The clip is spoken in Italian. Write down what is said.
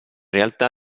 realtà